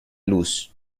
luz